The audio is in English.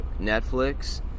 Netflix